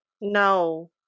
No